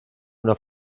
una